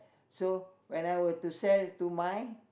so when I were to sell to my